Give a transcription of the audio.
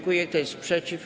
Kto jest przeciw?